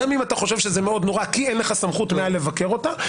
גם אם אתה חושב שזה מאוד נורא כי אין לך סמכות לבקר אותה.